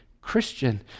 Christian